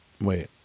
Wait